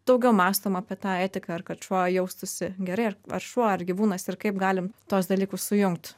daugiau mąstom apie tą etiką ir kad šuo jaustųsi gerai ar šuo ar gyvūnas ir kaip galim tuos dalykus sujungt